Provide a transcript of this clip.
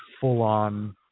full-on